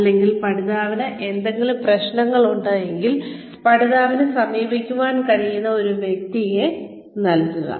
അല്ലെങ്കിൽ പഠിതാവിന് എന്തെങ്കിലും പ്രശ്നങ്ങളുണ്ടെങ്കിൽ പഠിതാവിന് സമീപിക്കാൻ കഴിയുന്ന ഒരു വ്യക്തിയെ നൽകുക